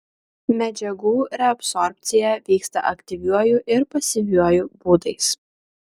medžiagų reabsorbcija vyksta aktyviuoju ir pasyviuoju būdais